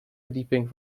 verdieping